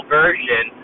version